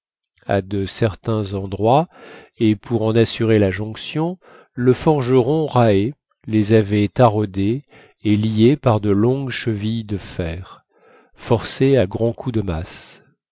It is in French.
à de certains endroits et pour en assurer la jonction le forgeron raë les avait taraudées et liées par de longues chevilles de fer forcées à grands coups de masse